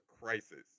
crisis